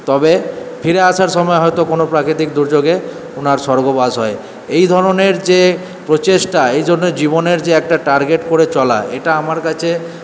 তবে ফিরে আসার সময় হয়তো কোনো প্রাকৃতিক দুর্যোগে ওনার স্বর্গবাস হয় এই ধরণের যে প্রচেষ্টা এর জন্য জীবনের যে একটা টার্গেট করে চলা এটা আমার কাছে